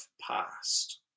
passed